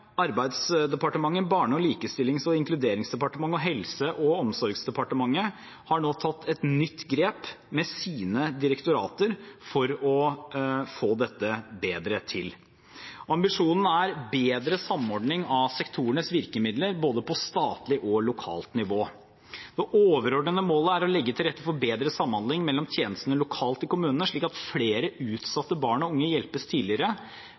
og sosialdepartementet, Barne-, likestillings- og inkluderingsdepartementet og Helse- og omsorgsdepartementet har nå tatt et nytt grep overfor sine direktorater for å få dette bedre til. Ambisjonen er bedre samordning av sektorenes virkemidler, både på statlig og på lokalt nivå. Det overordnede målet er å legge til rette for bedre samhandling mellom tjenestene lokalt i kommunene, slik at flere utsatte barn og unge hjelpes tidligere,